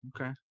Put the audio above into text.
okay